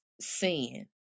sin